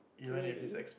really